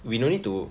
we no need to